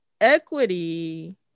Equity